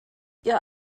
ihr